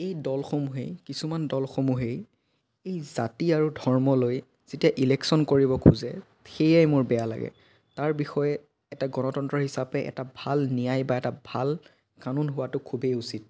এই দলসমূহেই কিছুমান দলসমূহেই এই জাতি আৰু ধৰ্ম লৈ যেতিয়া ইলেকচন কৰিব খোজে সেয়াই মোৰ বেয়া লাগে তাৰ বিষয়ে এটা গণতন্ত্ৰ হিচাপে এটা ভাল ন্যায় বা এটা ভাল কানুন হোৱাটো খুবেই উচিত